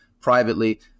privately